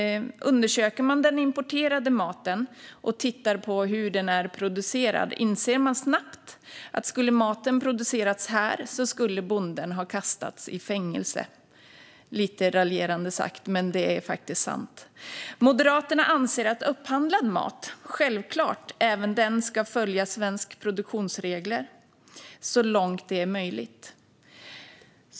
Undersöker man den importerade maten och tittar på hur den är producerad inser man snabbt att om maten skulle ha producerats här skulle bonden ha kastats i fängelse - lite raljant, men det är faktiskt sant. Moderaterna anser att upphandlad mat självklart även den ska följa svenska produktionsregler så långt det är möjligt.